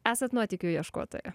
esat nuotykių ieškotoja